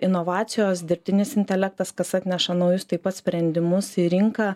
inovacijos dirbtinis intelektas kas atneša naujus taip pat sprendimus į rinką